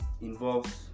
involves